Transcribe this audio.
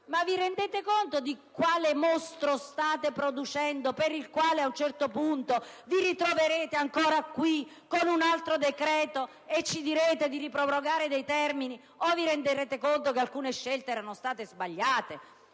Ma vi rendete conto di quale mostro state producendo? Ad un certo punto vi ritroverete di nuovo qui, con un altro decreto, a chiederci di riprorogare dei termini, o magari vi renderete conto che alcune scelte erano sbagliate